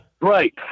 Right